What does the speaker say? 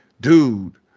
dude